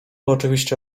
oczywiście